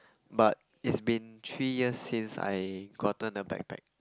but is been three years since I gotten a backpack